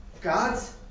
God's